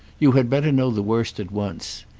you had better know the worst at once.